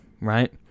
right